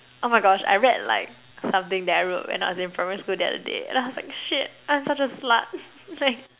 oh my gosh I read like something that I wrote when I was in primary school the other day and I was like shit I'm such a slut like